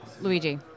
Luigi